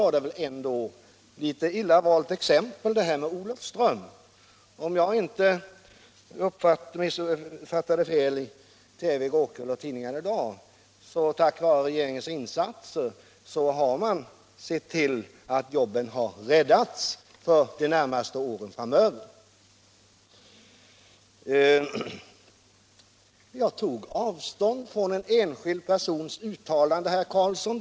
Sedan var väl exemplet med Olofström ändå litet illa valt! Som framgick av TV i går kväll och tidningarna i dag har — tack vare regeringens insatser —- jobben räddats för de närmaste åren. Jag tog avstånd från en enskild persons uttalande, herr Karlsson.